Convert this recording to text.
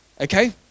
okay